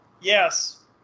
Yes